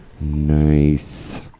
Nice